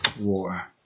war